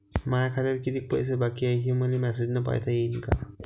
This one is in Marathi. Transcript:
माया खात्यात कितीक पैसे बाकी हाय, हे मले मॅसेजन पायता येईन का?